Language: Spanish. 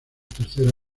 tercera